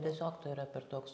tiesiog tai yra per toks